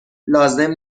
لازم